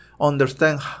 understand